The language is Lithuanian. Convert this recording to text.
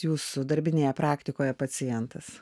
jūsų darbinėje praktikoje pacientas